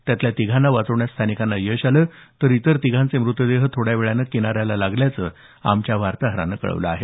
त्यातल्या तिघांना वाचवण्यात स्थानिकांना आलं तर इतर तिघांचे मृतदेह थोड्या वेळाने किनाऱ्याला लागल्याचं आमच्या वार्ताहरानं कळवलं आहे